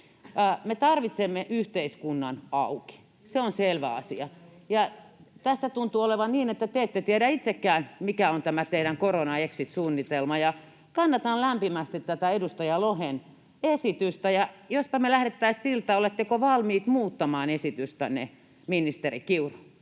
me tarvitsemme yhteiskunnan auki. Se on selvä asia. Tässä tuntuu olevan niin, että te ette tiedä itsekään, mikä on teidän korona-exit-suunnitelmanne. Kannatan lämpimästi tätä edustaja Lohen esitystä, ja jospa me lähdettäisiin siitä. Oletteko valmiit muuttamaan esitystänne, ministeri Kiuru?